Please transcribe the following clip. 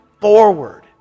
forward